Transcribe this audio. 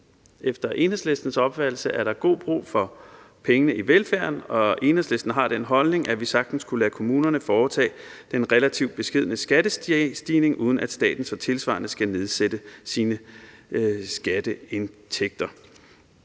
Efter Enhedslistens opfattelse er der god brug for pengene i velfærden, og Enhedslisten har den holdning, at vi sagtens kunne lade kommunerne foretage den relativt beskedne skattestigning, uden at staten så tilsvarende skal nedsætte sine skatteindtægter.